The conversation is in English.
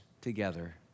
together